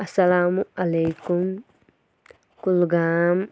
اَسَلامُ علیکُم کُلگام